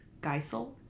Geisel